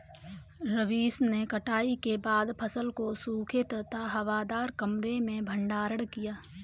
रवीश ने कटाई के बाद फसल को सूखे तथा हवादार कमरे में भंडारण किया